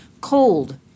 Cold